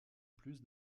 plus